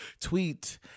tweet